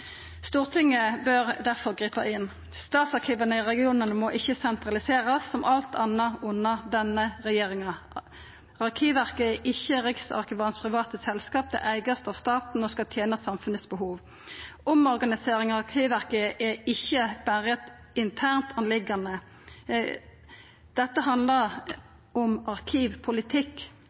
Stortinget bør difor gripa inn. Statsarkiva i regionane må ikkje sentraliserast, som alt anna under denne regjeringa. Arkivverket er ikkje Riksarkivarens private selskap, det er eigd av staten og skal tena samfunnets behov. Omorganisering av Arkivverket er ikkje berre ei intern sak. Dette handlar om arkivpolitikk.